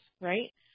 right